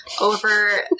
over